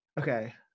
okay